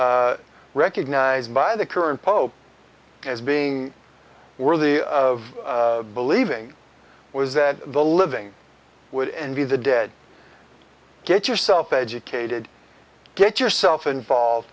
was recognized by the current pope as being worthy of believing was that the living would envy the dead get yourself educated get yourself involve